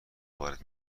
وارد